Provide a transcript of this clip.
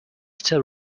still